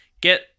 get